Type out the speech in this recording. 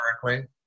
correctly